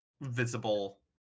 visible